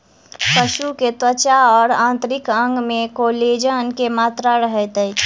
पशु के त्वचा और आंतरिक अंग में कोलेजन के मात्रा रहैत अछि